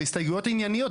זה הסתייגויות ענייניות.